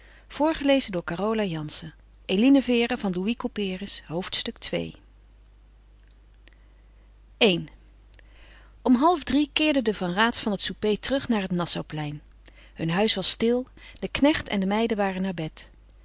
hoofdstuk ii i om halfdrie keerden de van raats van het souper terug naar het nassauplein hun huis was stil de knecht en de meiden waren naar bed